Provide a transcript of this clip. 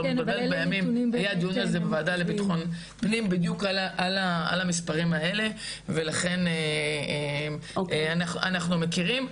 היה דיון על זה בוועדה לבטחון פנים על המספרים האלה ולכן אנחנו מכירים.